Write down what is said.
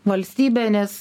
valstybe nes